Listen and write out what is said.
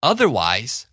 Otherwise